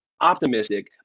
optimistic